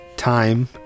time